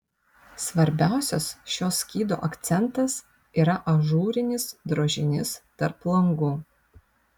svarbiausias šio skydo akcentas yra ažūrinis drožinys tarp langų